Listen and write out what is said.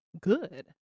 Good